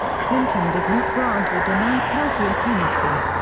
clinton did not grant or deny peltier clemency.